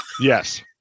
Yes